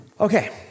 Okay